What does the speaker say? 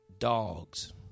dogs